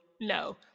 No